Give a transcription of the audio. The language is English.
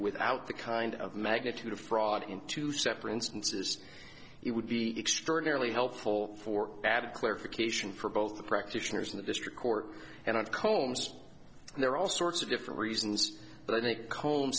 without the kind of magnitude of fraud in two separate instances it would be extraordinarily helpful for bad clarification for both the practitioners in the district court and combs there are all sorts of different reasons but i think com